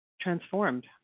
transformed